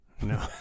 no